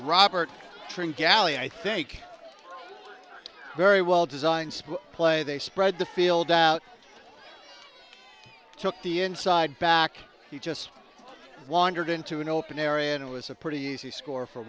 tring galli i think very well designed play they spread the field out took the inside back he just wandered into an open area and it was a pretty easy score for